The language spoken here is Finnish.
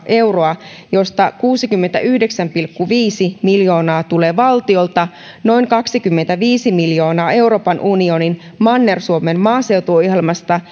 euroa joista kuusikymmentäyhdeksän pilkku viisi miljoonaa tulee valtiolta noin kaksikymmentäviisi miljoonaa euroopan unionin manner suomen maaseutuohjelmasta